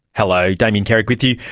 hello, david carrick with you.